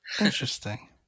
interesting